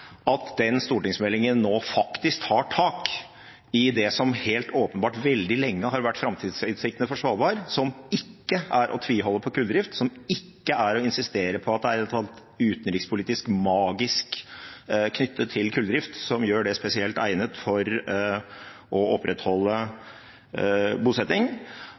at den stortingsmeldingen nå faktisk tar tak i det som helt åpenbart veldig lenge har vært framtidsutsiktene for Svalbard, som ikke er å tviholde på kulldrift, som ikke er å insistere på at det er et eller annet utenrikspolitisk magisk knyttet til kulldrift som gjør det spesielt egnet for å opprettholde bosetting,